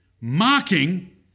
mocking